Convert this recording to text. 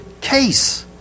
case